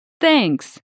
Thanks